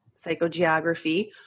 psychogeography